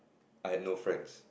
I had no friends